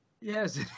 Yes